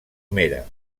mera